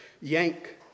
yank